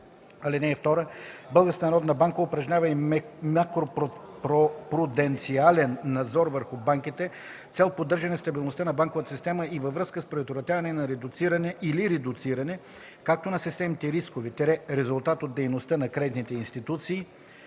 (2) Българската народна банка упражнява и макропруденциален надзор върху банките с цел поддържане стабилността на банковата система и във връзка с предотвратяване или редуциране както на системните рискове – резултат от дейността на кредитните институции,